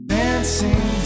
dancing